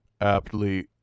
Aptly